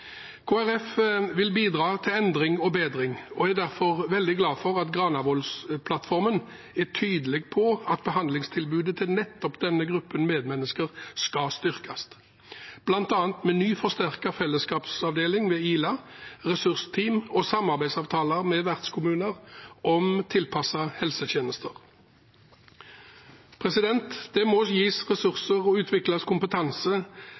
Folkeparti vil bidra til endring og bedring og er derfor veldig glad for at Granavolden-plattformen er tydelig på at behandlingstilbudet til nettopp denne gruppen medmennesker skal styrkes, bl.a. med ny forsterket fellesskapsavdeling ved Ila, ressursteam og samarbeidsavtaler med vertskommuner om tilpassede helsetjenester. Det må gis ressurser og utvikles kompetanse